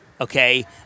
okay